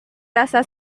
rasa